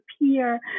appear